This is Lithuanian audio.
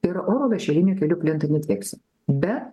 ir oro lašeliniu keliu plinta infekcija be